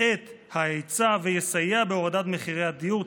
את ההיצע ויסייע בהורדת מחירי הדיור.